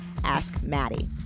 #AskMaddie